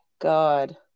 God